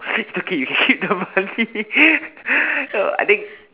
it's okay you can keep the money so I think